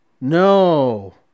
No